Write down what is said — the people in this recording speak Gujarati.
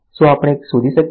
શું આપણે એક શોધી શકીએ